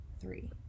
Three